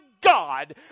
God